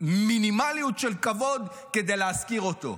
מינימליות של כבוד כדי להזכיר אותו.